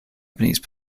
japanese